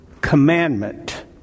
commandment